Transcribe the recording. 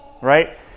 right